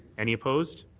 any opposed?